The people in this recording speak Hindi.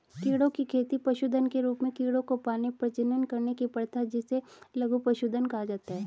कीड़ों की खेती पशुधन के रूप में कीड़ों को पालने, प्रजनन करने की प्रथा जिसे लघु पशुधन कहा जाता है